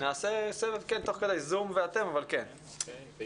נראה לי דיון חשוב שממצה את התפקיד שלנו